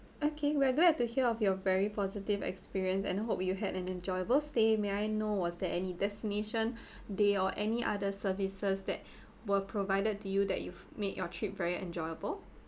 okay we'll do have to hear of your very positive experience and hope you had an enjoyable stay may I know was there any destination day or any other services that were provided to you that you've made your trip very enjoyable